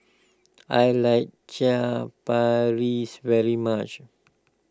I like Chaat Paris very much